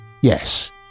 Yes